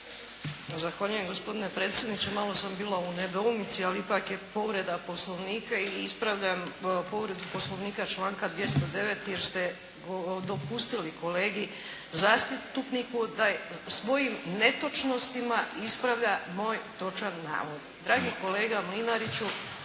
Zahvaljujem gospodine predsjedniče. Malo sam bila u nedoumici ali ipak je povreda poslovnika. Ispravljam povredu poslovnika članka 209. jer ste dopustili kolegi zastupniku da svojim netočnostima ispravlja moj točan navod.